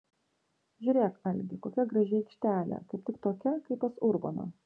žiūrėk algi kokia graži aikštelė kaip tik tokia kaip pas urboną